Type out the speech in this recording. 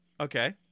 Okay